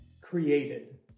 created